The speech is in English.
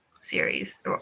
Series